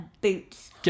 Boots